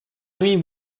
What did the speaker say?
mean